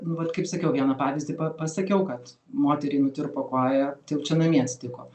nu vat kaip sakiau vieną pavyzdį pa pasakiau kad moteriai nutirpo koja tai jau čia namie atsitiko